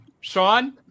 Sean